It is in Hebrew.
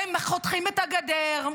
הם חותכים את הגדר,